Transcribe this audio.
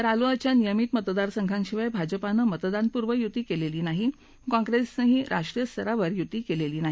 रालोआच्या नियमित मतदान संघांशिवाय भाजपानं मतदानपूर्व युती केलेली नाही कॉंप्रेसनंही राष्ट्रीय स्तरावर युती केलेली नाही